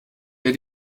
der